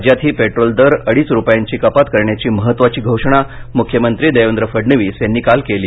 राज्यातही पेट्रोल दरात अडीच रुपयांची कपात करण्याची महत्वाची घोषणा मृख्यमंत्री देवेंद्र फडणवीस यांनी काल केली